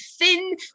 thin